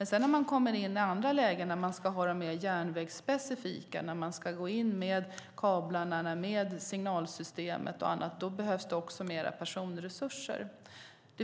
I andra lägen handlar det om att vara mer järnvägsspecifika - när man ska in med kablar och signalsystem och annat behövs det mer personresurser.